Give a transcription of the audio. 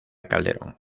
calderón